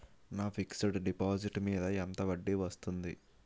నా fixed deposit మీద ఎంత వడ్డీ వస్తుంది?